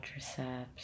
quadriceps